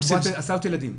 הסעות ילדים.